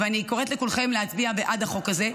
ואני קוראת לכולכם להצביע בעד החוק הזה,